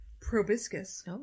proboscis